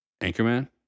Anchorman